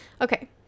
Okay